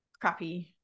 crappy